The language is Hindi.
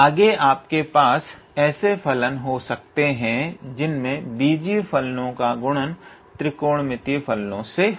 आगे आपके पास ऐसे फलन हो सकते हैं जिनमें बीजीय फलनो का गुणा त्रिकोणमितीय फलनो से हो